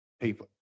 people